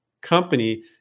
company